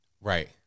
Right